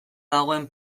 dagoen